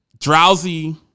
Drowsy